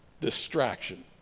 Distraction